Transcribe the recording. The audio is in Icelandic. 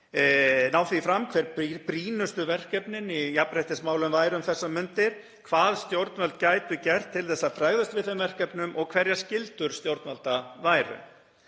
ná því fram hver brýnustu verkefnin í jafnréttismálum væru um þessar mundir, hvað stjórnvöld gætu gert til að bregðast við þeim verkefnum og hverjar skyldur stjórnvalda væru.